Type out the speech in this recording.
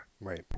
Right